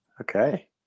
okay